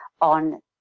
on